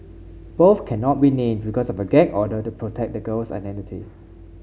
both cannot be named because of a gag order to protect the girl's identity